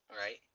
Right